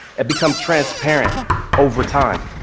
it becomes transparent over time,